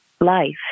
Life